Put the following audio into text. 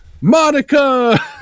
Monica